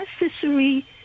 necessary